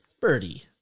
Birdie